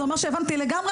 זה אומר שהבנתי לגמרי,